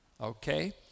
okay